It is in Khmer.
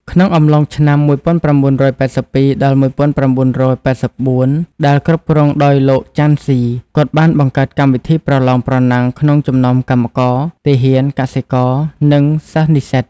ក្នុងអំឡុងឆ្នាំ (១៩៨២-១៩៨៤) ដែលគ្រប់គ្រងដោយលោកចាន់ស៊ី គាត់បានបង្កើតកម្មវិធីប្រលងប្រណាំងក្នុងចំនោមកម្មករ ទាហាន កសិករ និងសិស្សនិស្សិត។